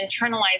internalize